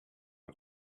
not